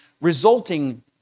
resulting